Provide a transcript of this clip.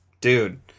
dude